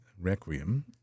Requiem